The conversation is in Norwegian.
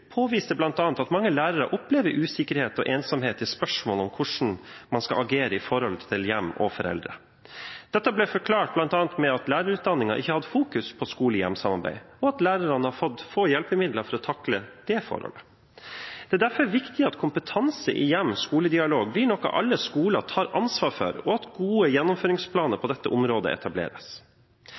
påviste bl.a. at mange lærere opplever usikkerhet og ensomhet i spørsmål om hvordan man skal agere når det gjelder hjem og foreldre. Dette ble forklart bl.a. med at lærerutdanningen ikke hadde fokus på skole–hjem-samarbeid, og at lærerne har fått få hjelpemidler for å takle det forholdet. Det er derfor viktig at kompetanse i hjem–skole-dialog blir noe alle skoler tar ansvar for, og at gode gjennomføringsplaner på dette området etableres.